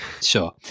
sure